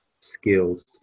skills